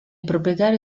proprietario